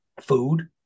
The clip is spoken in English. food